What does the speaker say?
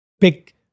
Pick